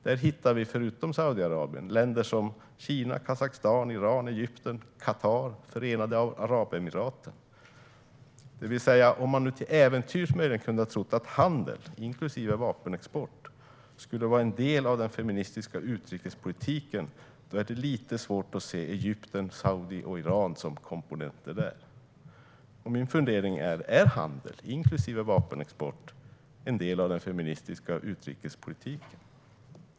Här hittar vi förutom Saudiarabien länder som Kina, Kazakstan, Iran, Egypten, Qatar och Förenade Arabemiraten. Om man till äventyrs trodde att handel, inklusive vapenexport, skulle vara en del av den feministiska utrikespolitiken är det lite svårt att se Egypten, Saudiarabien och Iran som komponenter i den. Min fundering är: Är handel, inklusive vapenexport, en del av den feministiska utrikespolitiken?